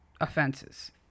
offenses